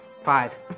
Five